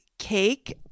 cake